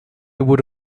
would